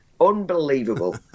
Unbelievable